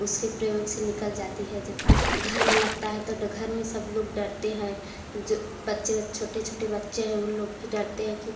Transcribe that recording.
उसके प्रयोग से निकल जाती है जब घर में लगता है तो घर में सब लोग डरते हैं जो बच्चे छोटे छोटे बच्चे हैं उन लोग भी डरते हैं कि